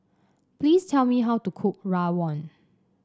please tell me how to cook Rawon